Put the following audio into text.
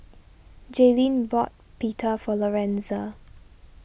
Jayleen bought Pita for Lorenza